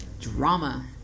drama